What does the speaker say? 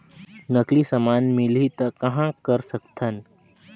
नकली समान मिलही त कहां कर सकथन?